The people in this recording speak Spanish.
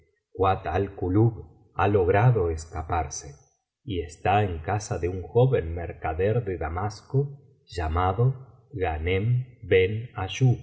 kuat al kulub ha logrado escaparse y está en casa de un joven mercader de damasco llamado g hanem